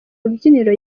rubyiniro